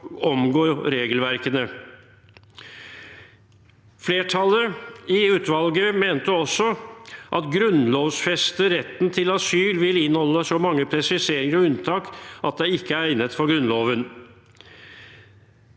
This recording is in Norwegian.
omgå regelverkene. Flertallet i utvalget mente også at å grunnlovfeste retten til asyl vil inneholde så mange presiseringer og unntak at det ikke er egnet for Grunnloven.